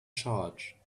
charge